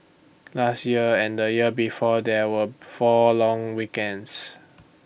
last year and the year before there were four long weekends